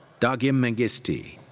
dagim mengistie.